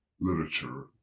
literature